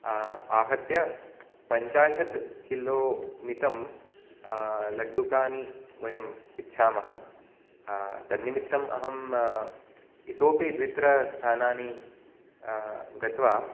आहत्य पञ्चाशत् किलो मितं लड्डुकानि वयम् इच्छामः तन्निमित्तम् अहं इतोपि द्वित्रस्थानानि गत्वा